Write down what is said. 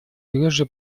дрожью